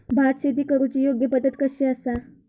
भात शेती करुची योग्य पद्धत कशी आसा?